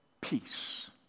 peace